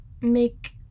make